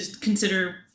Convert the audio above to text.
consider